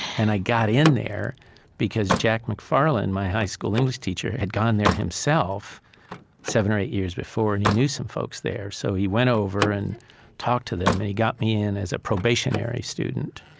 and i got in there because jack mcfarland, my high school english teacher, had gone there himself seven or eight years before, and he knew some folks there. so he went over and talked to them and he got me in as a probationary student.